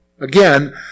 again